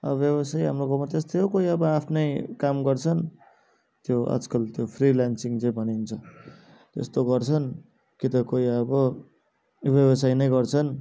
व्यवसाय हाम्रो गाउँमा त्यस्तै हो कोही अब आफ्नै काम गर्छन् त्यो आज कल त्यो फ्रिलेन्सिङ जे भनिन्छ त्यस्तो गर्छन् कि त कोही अब व्यवसाय नै गर्छन्